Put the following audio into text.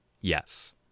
Yes